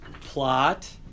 Plot